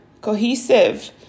cohesive